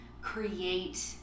create